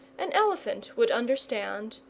an elephant would understand,